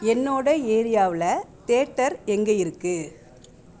என்னோட ஏரியாவுல தியேட்டர் எங்க இருக்கு